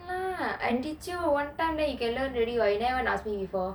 I teach you one time then you can learn already [what] you never ask me before